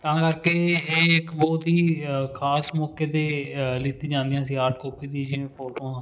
ਤਾਂ ਕਰਕੇ ਇਹ ਇੱਕ ਬਹੁਤ ਹੀ ਖਾਸ ਮੌਕੇ 'ਤੇ ਲਿੱਤੀ ਜਾਂਦੀਆਂ ਸੀ ਹਾਰਡ ਕੋਪੀ ਦੀ ਜਿਵੇਂ ਫੋਟੋਆਂ